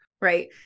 right